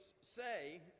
say